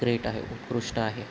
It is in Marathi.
ग्रेट आहे उत्कृष्ट आहे